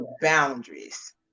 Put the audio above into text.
boundaries